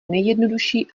nejjednoduší